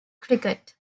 cricket